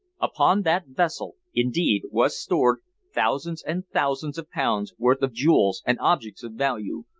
upon that vessel, indeed, was stored thousands and thousands of pounds' worth of jewels and objects of value,